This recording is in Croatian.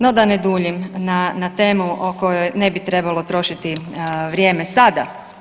No da ne duljim na temu o kojoj ne bi trebalo trošiti vrijeme sada.